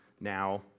now